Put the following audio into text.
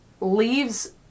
leaves